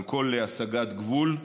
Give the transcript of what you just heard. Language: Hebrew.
על כל הסגת גבול,